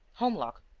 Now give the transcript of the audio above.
holmlock,